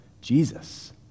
Jesus